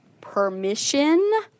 permission